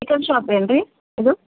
chicken shop ಏನು ರೀ ಇದು